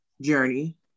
journey